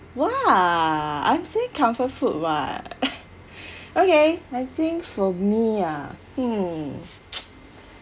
what I'm saying comfort food [what] okay I think me ah hmm